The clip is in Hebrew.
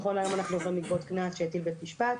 נכון להיום אנחנו יכולים לגבות קנס שהטיל בית משפט,